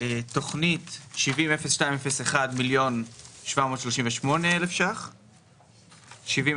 לתוכנית 700201 1.738 מיליון שקלים,